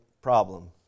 problem